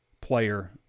player